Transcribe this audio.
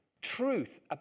truth